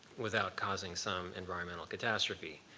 without causing some environmental catastrophe?